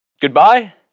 goodbye